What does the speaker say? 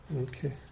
Okay